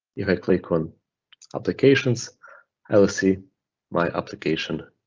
if i click on applications i will see my application,